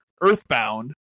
Earthbound